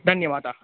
धन्यवादः